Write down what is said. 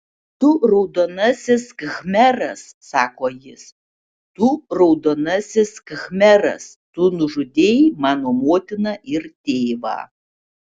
tu raudonasis khmeras sako jis tu raudonasis khmeras tu nužudei mano motiną ir tėvą